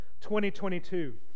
2022